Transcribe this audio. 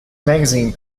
magazine